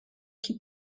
qui